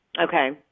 Okay